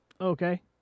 Okay